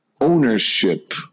ownership